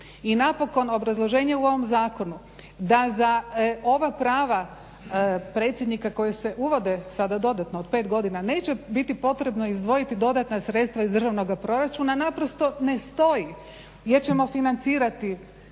I napokon obrazloženje u ovom zakonu da za ova prava predsjednika koji se uvode sada dodatno od pet godina neće biti potrebno izdvojiti dodatna sredstva iz državnog proračuna. Naprosto ne stoji jer ćemo financirati